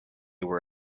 were